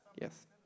Yes